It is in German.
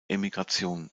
emigration